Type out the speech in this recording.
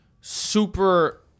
super